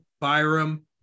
Byram